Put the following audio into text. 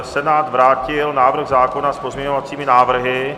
Senát vrátil návrh zákona s pozměňovacími návrhy.